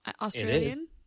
Australian